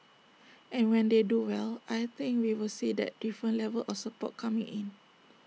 and when they do well I think we will see that different level of support coming in